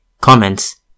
Comments